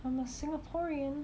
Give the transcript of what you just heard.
I'm a singaporean